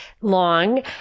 long